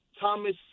Thomas